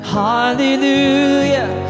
hallelujah